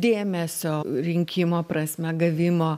dėmesio rinkimo prasme gavimo